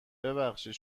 ببخشید